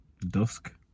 dusk